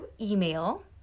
email